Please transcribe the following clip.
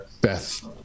beth